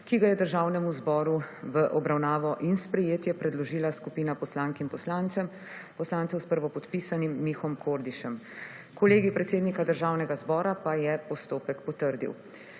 ki ga je Državnemu zboru v obravnavo in sprejetje predložila skupina poslank in poslancev s prvopodpisanim Mihom Kordišem. Kolegij predsednika Državnega zbora pa je postopek potrdil.